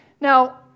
Now